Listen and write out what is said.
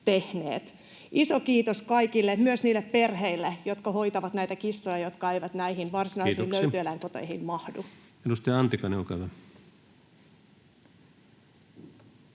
Iso kiitos kaikille, myös niille perheille, jotka hoitavat näitä kissoja, jotka eivät näihin varsinaisiin löytöeläinkoteihin mahdu.